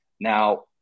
Now